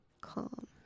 Calm